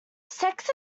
sex